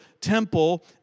temple